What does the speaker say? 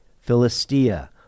Philistia